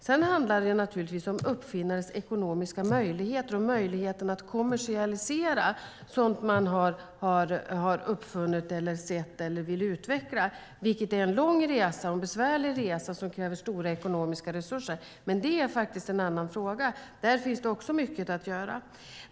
Det handlar naturligtvis också om uppfinnares ekonomiska möjligheter och möjligheten att kommersialisera sådant som man har uppfunnit, har sett eller vill utveckla, vilket är en lång och besvärlig resa som kräver stora ekonomiska resurser. Men det är faktiskt en annan fråga. Där finns det också mycket att göra.